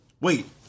Wait